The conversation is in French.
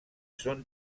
sont